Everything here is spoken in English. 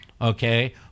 okay